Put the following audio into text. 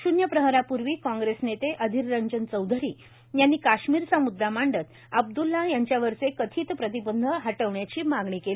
शून्य प्रहरापूर्वी काँग्रेस नेते अधीररंजन चौधरी यांनी काश्मीरचा म्द्दा मांडत अब्द्लला यांच्यावरचे कथित प्रतिबंध हटवण्याची मागणी केली